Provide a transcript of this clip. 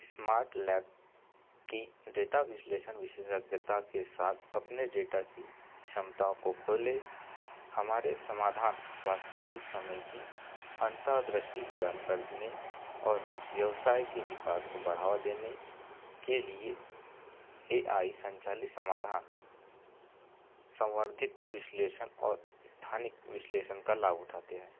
smart labs की data विश्लेषन विशेषज्ञता के साथ अपने डेटा की क्षमताओं को खोले हमारे समाधान वास्तविक समय की अंतर्दृष्टि प्रदान करने और व्यवसाय के विकास को बढ़ावा देने के लिए ए आई संचालित समाधान संवर्धित विश्लेषण और स्थानिक विश्लेषण का लाभ उठाते हैं